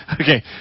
Okay